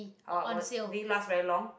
oh but did it last very long